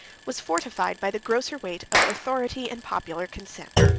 was fortified by the grosser weight of authority and popular consent.